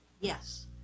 Yes